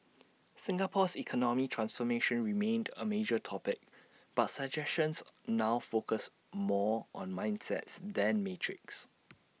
Singapore's economic transformation remained A major topic but suggestions now focused more on mindsets than metrics